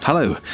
Hello